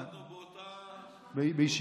אנחנו למדנו באותו מקום, בישיבה התיכונית.